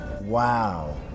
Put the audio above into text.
Wow